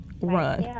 run